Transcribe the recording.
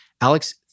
Alex